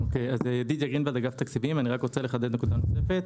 אני רק רוצה לחדד נקודה נוספת.